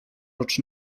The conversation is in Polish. rocz